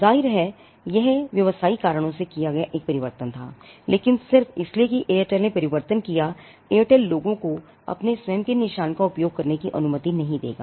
जाहिर है यह व्यावसायिक कारणों से किया गया एक परिवर्तन था लेकिन सिर्फ इसलिए कि एयरटेल ने परिवर्तन किया एयरटेल लोगों को अपने स्वयं के निशान का उपयोग करने की अनुमति नहीं देगा